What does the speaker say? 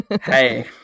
hey